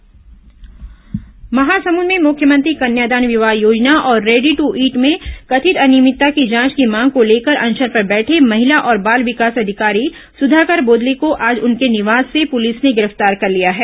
अनशन गिरफ्तार महासमुद में मुख्यमंत्री कन्यादान विवाह योजना और रेडी दू ईट में कथित अनियमितता की जांच की मांग को लेकर अनशन पर बैठे महिला और बाल विकास अधिकारी सुधाकर बोदले को आज उनके निवास से पुलिस ने गिरफ्तार कर लिया है